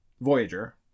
Voyager